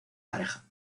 pareja